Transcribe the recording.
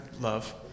love